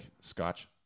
scotch